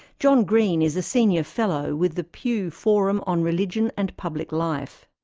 john green is a senior fellow with the pew forum on religion and public life.